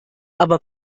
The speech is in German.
aber